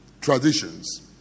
traditions